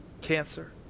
cancer